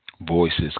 Voices